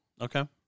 okay